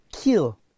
kill